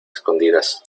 escondidas